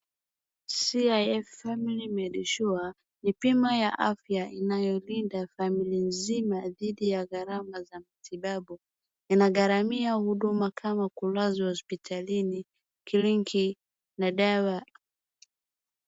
Cif familymade insurance ni bima ya afya inayolinda familia nzima dhidi ya gharama za matibabu. Inagharamia huduma kama kulazwa hosipitalini, kliniki na dawa.